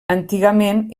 antigament